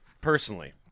personally